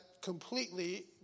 completely